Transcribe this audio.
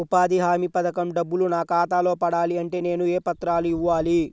ఉపాధి హామీ పథకం డబ్బులు నా ఖాతాలో పడాలి అంటే నేను ఏ పత్రాలు ఇవ్వాలి?